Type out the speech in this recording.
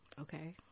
Okay